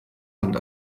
hand